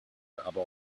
aber